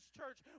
church